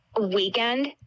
weekend